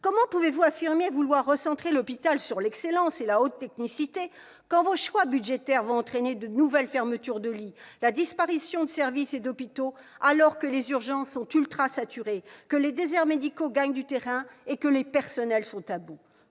Comment pouvez-vous affirmer vouloir recentrer l'hôpital sur l'excellence et la haute technicité quand vos choix budgétaires vont entraîner de nouvelles fermetures de lits, la disparition de services et d'hôpitaux, alors que les urgences sont ultra-saturées, que les déserts médicaux gagnent du terrain et que les personnels sont à bout ?